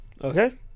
Okay